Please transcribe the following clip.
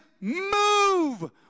move